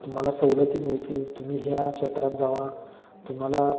तुम्हाला सवलती मिळतील तुम्ही ह्या क्षेत्रात जावा तुम्हाला